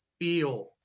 feel